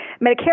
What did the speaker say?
Medicare